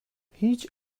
هیچ